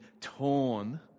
torn